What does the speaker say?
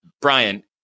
Brian